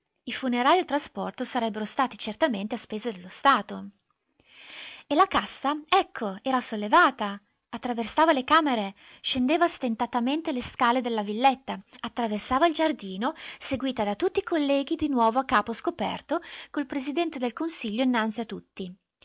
i funerali e il trasporto sarebbero stati certamente a spese dello stato e la cassa ecco era sollevata attraversava le camere scendeva stentatamente le scale della villetta attraversava il giardino seguita da tutti i colleghi di nuovo a capo scoperto col presidente del consiglio innanzi a tutti